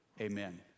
amen